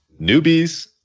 Newbies